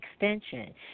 extension